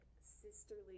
sisterly